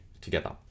together